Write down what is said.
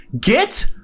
Get